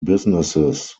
businesses